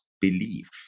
belief